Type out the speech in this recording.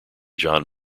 john